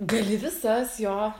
gali visas jo